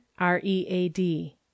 READ